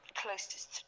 closest